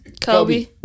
Kobe